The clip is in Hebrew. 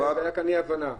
הייתה כאן אי-הבנה.